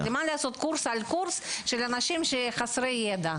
למה לעשות קורס על קורס של אנשים חסרי ידע?